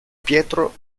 pietro